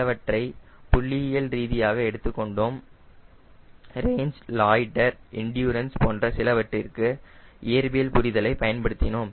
சிலவற்றை புள்ளியியல் ரீதியாக எடுத்துக் கொண்டோம் ரேஞ் லாய்டர் எண்டுரன்ஸ் போன்ற சிலவற்றிற்கு இயற்பியல் புரிதலை பயன்படுத்தினோம்